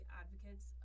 advocates